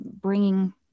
bringing